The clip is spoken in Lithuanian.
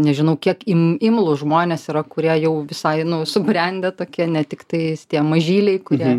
nežinau kiek im imlūs žmonės yra kurie jau visai subrendę tokie ne tiktai tie mažyliai kurie